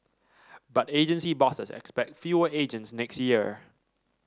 but agency bosses expect fewer agents next year